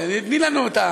תני לנו את,